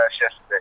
yesterday